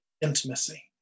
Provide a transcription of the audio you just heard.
intimacy